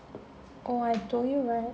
oh I told you right